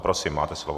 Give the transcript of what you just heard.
Prosím, máte slovo.